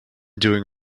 doing